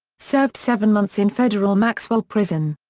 served seven months in federal maxwell prison.